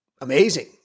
amazing